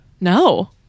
No